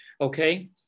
Okay